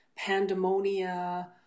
pandemonia